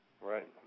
Right